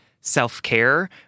self-care